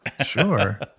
Sure